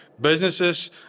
businesses